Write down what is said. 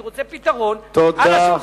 אני רוצה פתרון על השולחן.